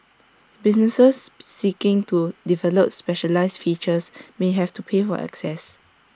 businesses seeking to develop specialised features may have to pay for access